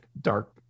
dark